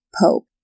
Pope